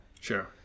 Sure